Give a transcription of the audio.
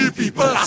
people